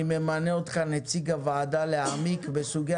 אני ממנה אותך כנציג הוועדה להעמיק בסוגי